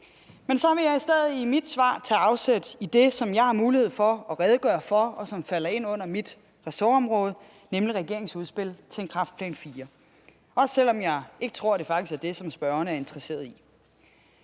Men så vil jeg i stedet i mit svar tage afsæt i det, som jeg har mulighed for at redegøre for, og som falder ind under mit ressortområde, nemlig regeringens udspil til en Kræftplan IV – også selv om jeg ikke tror, at det faktisk er det, som spørgeren er interesseret i.